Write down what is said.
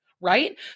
right